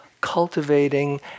cultivating